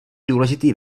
důležitý